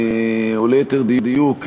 או ליתר דיוק יושרה,